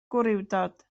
gwrywdod